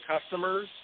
customers